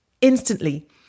instantly